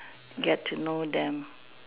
get to know them